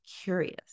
curious